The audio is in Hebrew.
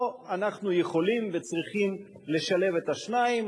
או שאנחנו יכולים וצריכים לשלב את השניים.